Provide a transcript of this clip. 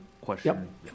question